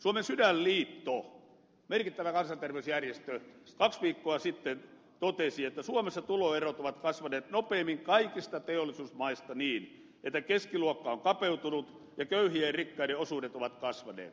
suomen sydänliitto merkittävä kansanterveysjärjestö kaksi viikkoa sitten totesi että suomessa tuloerot ovat kasvaneet nopeimmin kaikista teollisuusmaista niin että keskiluokka on kapeutunut ja köyhien ja rikkaiden osuudet ovat kasvaneet